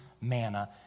manna